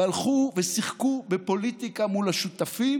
והלכו ושיחקו בפוליטיקה מול השותפים